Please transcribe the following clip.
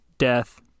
death